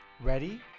Ready